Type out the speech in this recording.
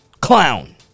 Clown